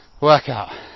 workout